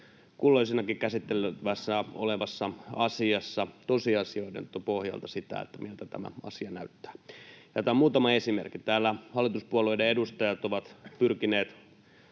kulloisessakin käsiteltävänä olevassa asiassa tosiasioiden pohjalta sitä, miltä asia näyttää. Käytän muutaman esimerkin: Täällä hallituspuolueiden edustajat ovat pyrkineet